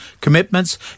commitments